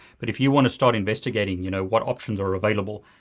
but if you wanna start investigating you know what options are available,